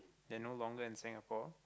then no longer in Singapore